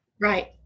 Right